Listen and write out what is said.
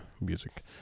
music